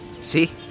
See